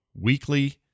weekly